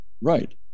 Right